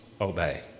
obey